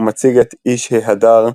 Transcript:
ומציג את "איש ההדר"